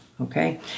okay